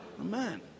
Amen